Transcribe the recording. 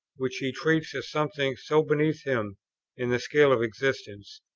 which he treats as something so beneath him in the scale of existence,